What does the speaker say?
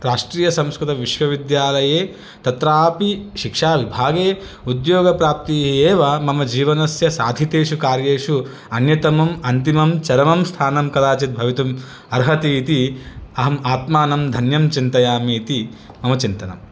राष्ट्रीयसंस्कृतविश्वविद्यालये तत्रापि शिक्षाविभागे उद्योगप्राप्तिः एव मम जीवनस्य साधितेषु कार्येषु अन्यतमम् अन्तिमं चरमं स्थानं कदाचित् भवितुम् अर्हति इति अहम् आत्मानं धन्यं चिन्तयामि इति मम चिन्तनम्